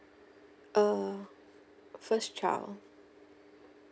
err first child